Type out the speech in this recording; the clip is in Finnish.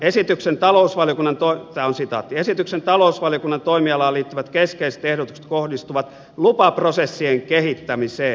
esityksen talousvaliokunnan toimialaan liittyvät keskeiset ehdotukset kohdistuvat lupaprosessien kehittämiseen